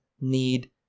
need